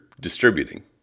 distributing